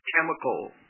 chemical